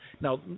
Now